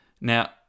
Now